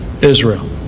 Israel